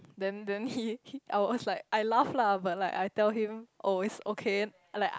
then then he I was like I laugh lah but like I tell him oh it's okay I like